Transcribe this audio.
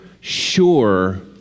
sure